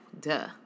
Duh